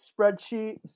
spreadsheet